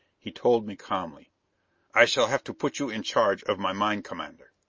he told me calmly i shall have to put you in charge of my mine commander.